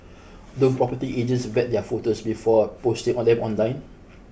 don't property agents vet their photos before posting on them online